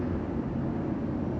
我没有很喜欢吃